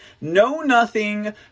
know-nothing